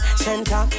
center